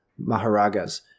maharagas